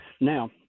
Now